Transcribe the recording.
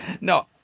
No